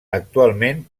actualment